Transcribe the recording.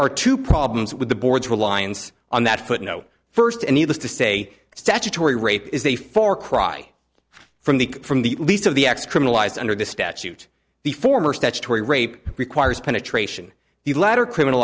are two problems with the board's reliance on that footnote first and needless to say statutory rape is a far cry from the from the least of the extreme lies under the statute the former statutory rape requires penetration the latter criminal